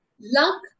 Luck